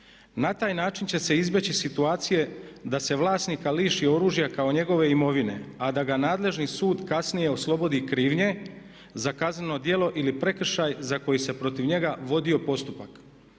Na taj način će se izbjeći situacije da se vlasnika liši oružja kao njegove imovine, a da ga nadležni sud kasnije oslobodi krivnje za kazneno djelo ili prekršaj za koji se protiv njega vodio postupak.